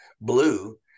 blue